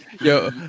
yo